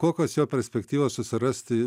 kokios jo perspektyvos susirasti